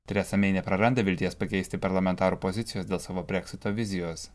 teresa mei nepraranda vilties pakeisti parlamentarų pozicijos dėl savo breksito vizijos